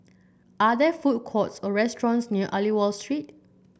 are there food courts or restaurants near Aliwal Street